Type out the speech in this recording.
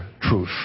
truth